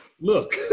Look